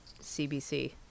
cbc